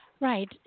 Right